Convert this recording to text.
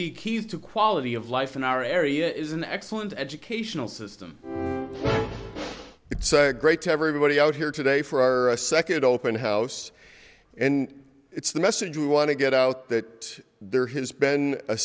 the keys to quality of life in our area is an excellent educational system it's great to everybody out here today for a second open house and it's the message we want to get out that there has been a